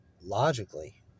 logically